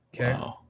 Okay